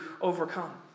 overcome